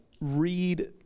read